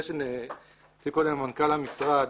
לנושא שהציג קודם מנכ"ל המשרד,